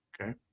Okay